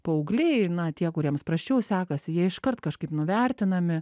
paaugliai na tie kuriems prasčiau sekasi jie iškart kažkaip nuvertinami